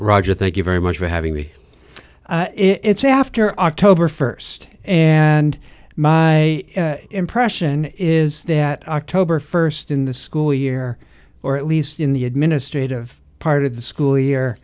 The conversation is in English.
roger thank you very much for having me it's after october first and my impression is that october first in the school year or at least in the administrative part of the school year